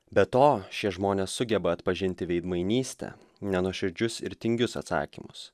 be to šie žmonės sugeba atpažinti veidmainystę nenuoširdžius ir tingius atsakymus